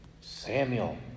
Samuel